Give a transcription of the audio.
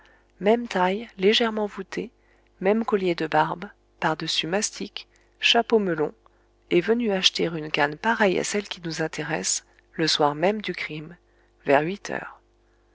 même taille légèrement voûté même collier de barbe pardessus mastic chapeau melon est venu acheter une canne pareille à celle qui nous intéresse le soir même du crime vers huit heures